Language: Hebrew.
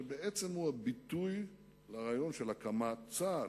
שבעצם הוא ביטוי לרעיון של הקמת צה"ל,